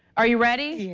are you ready?